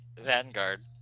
Vanguard